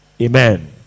Amen